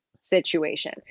situation